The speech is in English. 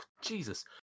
jesus